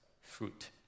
fruit